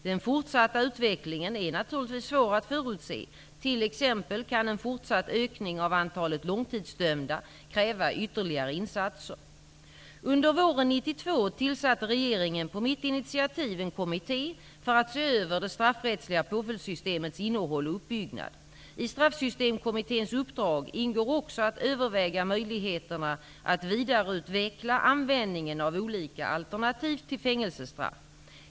Den fortsatta utvecklingen är naturligtvis svår att förutse; t.ex. kan en fortsatt ökning av antalet långtidsdömda kräva ytterligare insatser. Under våren 1992 tillsatte regeringen på mitt initiativ en kommitté för att se över det straffrättsliga påföljdssystemets innehåll och uppbyggnad. I Straffsystemkommitténs uppdrag ingår också att överväga möjligheterna att vidareutveckla användningen av olika alternativ till fängelsestraff.